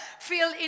feel